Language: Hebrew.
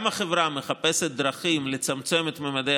גם החברה מחפשת דרכים לצמצם את ממדי